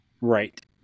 Right